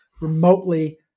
remotely